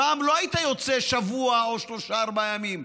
פעם לא היית יוצא לשבוע או לשלושה-ארבעה ימים,